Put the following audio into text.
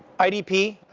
idp,